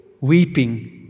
weeping